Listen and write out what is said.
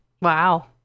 Wow